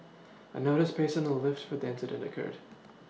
a notice pasted on the lift when the incident occurred